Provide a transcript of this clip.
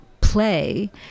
play